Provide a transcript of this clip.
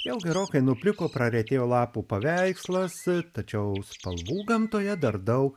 jau gerokai nupliko praretėjo lapų paveikslas tačiau spalvų gamtoje dar daug